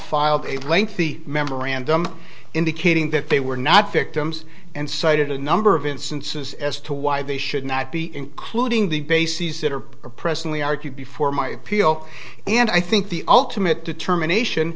filed a lengthy memorandum indicating that they were not victims and cited a number of instances as to why they should not be including the bases that are presently argued before my appeal and i think the ultimate determination